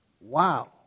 Wow